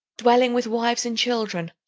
dwelling with wives and children,